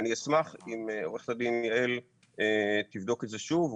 אני אשמח אם עורכת הדין יעל תבדוק את זה שוב,